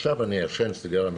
עכשיו אני אעשן סיגריה.